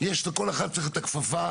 תוספת